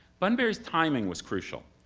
bunbury's timing was crucial.